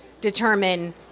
determine